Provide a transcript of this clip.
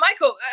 Michael